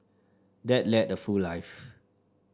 dad led a full life